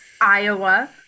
Iowa